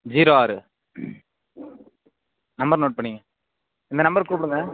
zero ஆறு number note பண்ணிக்கோங்க இந்த நம்பர் கூப்பிடுங்க